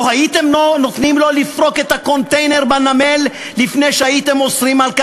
לא הייתם נותנים לו לפרוק את הקונטיינר בנמל לפני שהייתם אוסרים זאת,